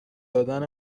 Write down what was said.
دادن